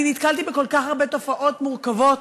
אני נתקלתי בכל כך הרבה תופעות מורכבות,